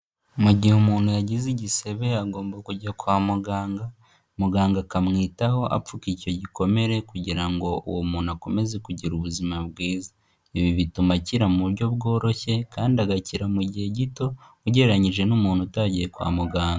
Mu gihe umuntu yagize igisebe agomba kujya kwa muganga, muganga akamwitaho apfuka icyo gikomere kugira ngo uwo muntu akomeze kugira ubuzima bwiza, ibi bituma akira mu buryo bworoshye kandi agakira mu gihe gito ugereranyije n'umuntu utagiye kwa muganga.